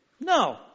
No